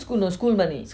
school no school money